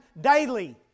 daily